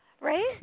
right